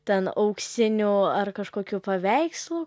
ten auksinių ar kažkokių paveikslų